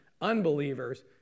unbelievers